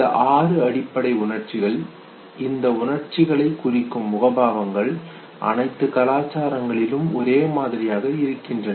இந்த ஆறு அடிப்படை உணர்ச்சிகள் இந்த உணர்ச்சிகளைக் குறிக்கும் முகபாவங்கள் அனைத்து கலாச்சாரங்களிலும் ஒரே மாதிரியாக இருக்கின்றன